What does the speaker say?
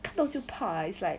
看到就怕 is like